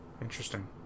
Interesting